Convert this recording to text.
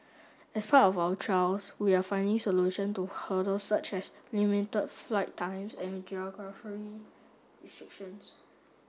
as part of our trials we are finding solution to hurdles such as limited flight times and geographical restrictions